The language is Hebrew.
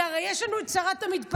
כי הרי יש לנו את שרת המדפסות,